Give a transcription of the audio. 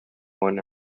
one